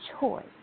choice